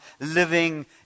living